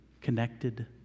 connected